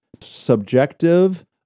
subjective